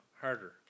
harder